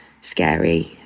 scary